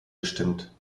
bestimmt